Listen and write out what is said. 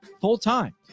full-time